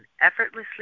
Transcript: effortlessly